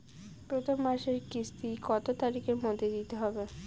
প্রথম মাসের কিস্তি কত তারিখের মধ্যেই দিতে হবে?